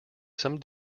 some